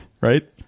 right